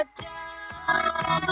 down